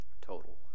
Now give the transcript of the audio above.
total